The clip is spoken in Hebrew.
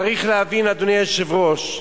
צריך להבהיר, אדוני היושב-ראש,